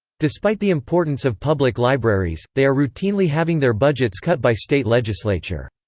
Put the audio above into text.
despite the importance of public libraries, they are routinely having their budgets cut by state legislature.